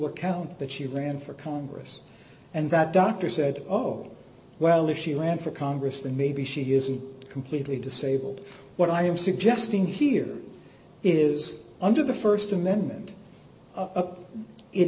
account that she ran for congress and that doctor said oh well if she ran for congress then maybe she isn't completely disabled what i am suggesting here is under the st amendment it